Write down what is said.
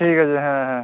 ঠিক আছে হ্যাঁ হ্যাঁ